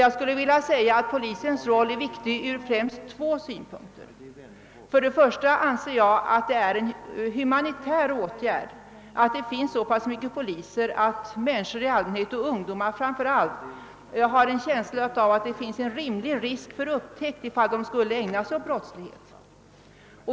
Jag vill påstå att polisens roll är viktig ur främst två synpunkter: Först och främst anser jag att det är en humanitär åtgärd att det finns så pass många poliser att människor i allmänhet — och ungdomar framför allt — har en känsla av att det finns en betydande risk för upptäckt, ifall de skulle ägna sig åt brottslighet.